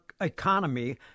economy